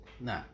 No